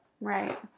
Right